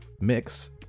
Mix